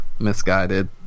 misguided